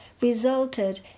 resulted